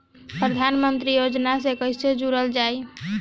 प्रधानमंत्री योजना से कैसे जुड़ल जाइ?